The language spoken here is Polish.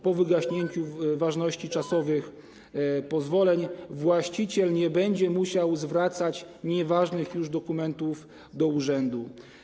Po wygaśnięciu ważności czasowych pozwoleń właściciel nie będzie musiał zwracać nieważnych już dokumentów do urzędu.